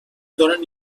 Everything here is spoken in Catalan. donen